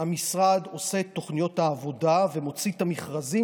המשרד עושה את תוכניות העבודה ומוציא את המכרזים